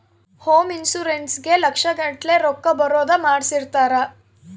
home insurance ಗೇ ಲಕ್ಷ ಗಟ್ಲೇ ರೊಕ್ಕ ಬರೋದ ಮಾಡ್ಸಿರ್ತಾರ